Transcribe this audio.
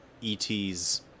E.T.'s